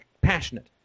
passionate